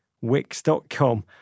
Wix.com